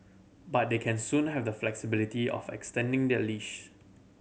but they can soon have the flexibility of extending their lease